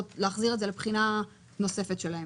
או להחזיר את זה לבחינה נוספת שלהם?